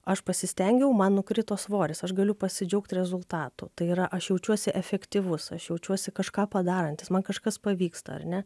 aš pasistengiau man nukrito svoris aš galiu pasidžiaugt rezultatu tai yra aš jaučiuosi efektyvus aš jaučiuosi kažką padarantis man kažkas pavyksta ar ne